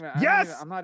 yes